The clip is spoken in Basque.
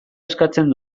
eskatzen